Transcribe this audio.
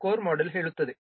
ಎಂದು core model ಹೇಳುತ್ತದೆ